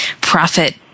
profit